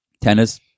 Tennis